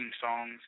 songs